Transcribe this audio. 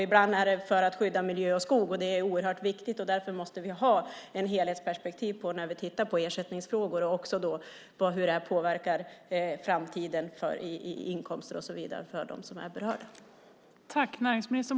Ibland är det för att skydda miljö och skog. Det är oerhört viktigt. Därför måste vi ha ett helhetsperspektiv när vi tittar på ersättningsfrågor, också för hur inkomster för berörda påverkas i framtiden.